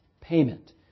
payment